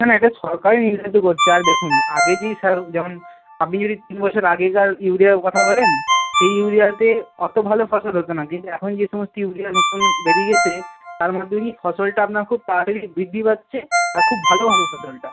না না এটা সরকারই নির্ধারিত করছে আর দেখুন আগে যেই সার যেমন আপনি যদি তিন বছর আগেকার ইউরিয়ার কথা বলেন সেই ইউরিয়াতে অত ভালো ফসল হতো না কিন্তু এখন যে সমস্ত ইউরিয়া নতুন বেরিয়েছে তার মধ্যে কী ফসলটা আপনার খুব তাড়াতাড়ি বৃদ্ধি পাচ্ছে আর খুব ভালো হবে ফসলটা